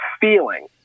feeling